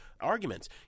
arguments